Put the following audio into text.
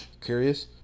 Curious